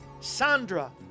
Sandra